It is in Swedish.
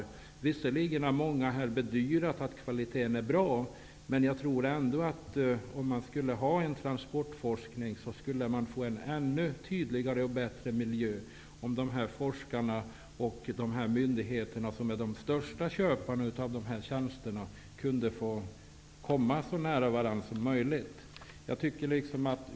Visserligen har många här bedyrat att kvaliteten är bra, men jag tror ändå att miljön skulle kunna bli ännu tydligare och bättre om de här forskarna och myndigheterna, som är de största köparna av de här tjänsterna, kunde komma varandra så nära som möjligt.